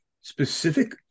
specific